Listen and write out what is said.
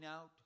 out